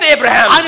Abraham